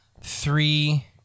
three